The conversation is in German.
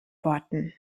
worten